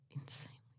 Insanely